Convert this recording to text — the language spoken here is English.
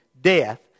death